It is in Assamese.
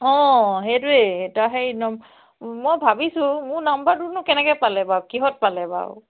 অঁ সেইটোৱেই তাৰ সেই মই ভাবিছোঁ মোৰ নাম্বাৰটোনো কেনেকৈ পালে বাৰু কিহত পালে বাৰু